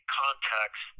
contacts